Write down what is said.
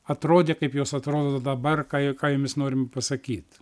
atrodė kaip jos atrodo dabar ką ką jomis norima pasakyt